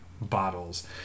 bottles